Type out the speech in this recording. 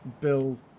Bill